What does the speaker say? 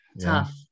tough